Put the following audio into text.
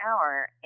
hour